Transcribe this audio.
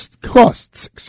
costs